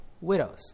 widows